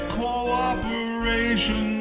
cooperation